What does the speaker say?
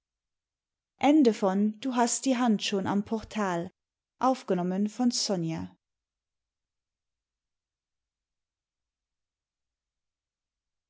du hast die hand schon am portal